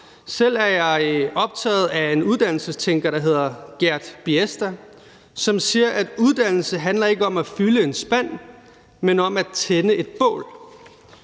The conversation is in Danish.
Selv er jeg optaget af en uddannelsestænker, der hedder Gert Biesta, som siger, at uddannelse handler ikke om at fylde en spand, men om at tænde et bål.